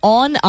on